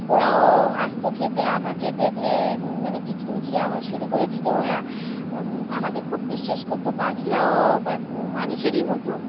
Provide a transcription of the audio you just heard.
ওরাও আসতো খেতে আমাকে দেখলে ওই মানে কিচিরমিচির আওয়াজ শুরু করে দিত ওরা আমাকে খুব বিশ্বাস করতো পাখিরাও মানুষেরই মতো